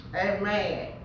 Amen